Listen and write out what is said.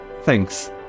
Thanks